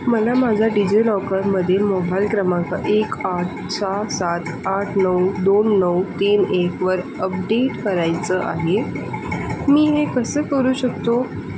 मला माझ्या डिजि लॉकरमध्ये मोबाईल क्रमांक एक आठ सहा सात आठ नऊ दोन नऊ तीन एकवर अपडेट करायचं आहे मी हे कसं करू शकतो